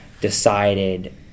decided